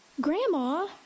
Grandma